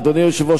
אדוני היושב-ראש,